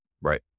Right